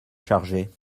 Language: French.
charger